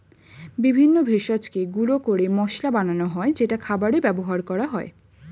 বিভিন্ন ভেষজকে গুঁড়ো করে মশলা বানানো হয় যেটা খাবারে ব্যবহার করা হয়